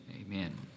amen